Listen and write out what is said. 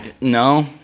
No